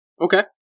Okay